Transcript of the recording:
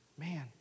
Man